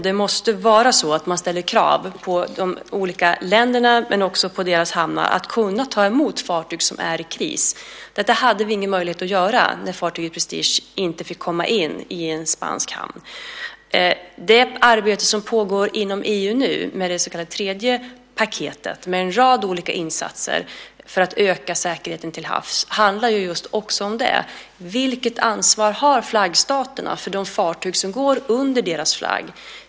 Det måste vara så att man ställer krav på de olika länderna och deras hamnar att kunna ta emot fartyg i kris. Detta hade vi ingen möjlighet att göra när fartyget Prestige inte fick komma in i en spansk hamn. Det arbete som nu pågår inom EU med det så kallade tredje paketet, med en rad olika insatser för att öka säkerheten till havs, handlar just om detta: Vilket ansvar har flaggstaterna för fartyg som går under deras flagg?